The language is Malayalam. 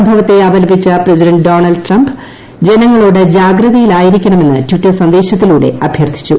സംഭവത്തെ അപലപിച്ച പ്രസിഡന്റ് ഡൊണൾഡ് ട്രംപ് ജനങ്ങളോട് ജാഗ്രതയിലായിരിക്കണമെന്ന് ട്വിറ്റർ സന്ദേശത്തിലൂടെ അഭ്യർത്ഥിച്ചു